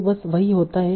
तो बस वही होता है